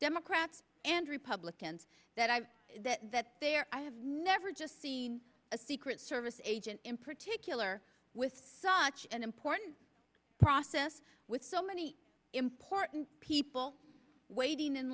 democrats and republicans that i that they are i have never just seen a secret service agent in particular with such an important process with so many important people waiting in